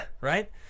Right